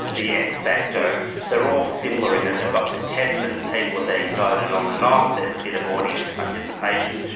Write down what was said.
the x-factor they're all similar in that they've got contestants, people are being voted on and off, there's a bit of audience participation.